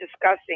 discussing